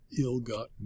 ill-gotten